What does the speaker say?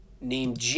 named